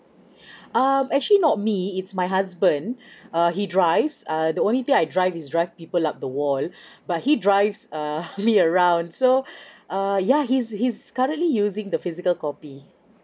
um actually not me it's my husband uh he drives uh the only thing I drive is drive people up the wall but he drives err me around so err ya he's he's currently using the physical copy